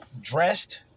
dressed